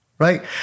right